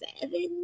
seven